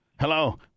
Hello